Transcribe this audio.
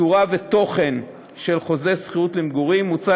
צורה ותוכן של חוזה שכירות למגורים: מוצע